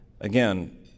again